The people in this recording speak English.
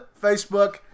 Facebook